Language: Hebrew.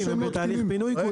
שהם בתהליך פינוי כולם.